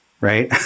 right